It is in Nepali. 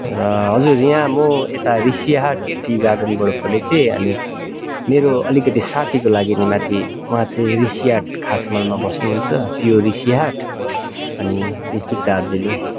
र हजुर यहाँ म यता ऋषिहाट टी गार्डेनबाट बोलेको थिएँ अनि मेरो अलिकति साथीको लागि नि माथि उहाँ चाहिँ ऋषिहाट खासमलमा बस्नुहुन्छ पिओ ऋषिहाट अनि डिस्ट्रिक दार्जिलिङ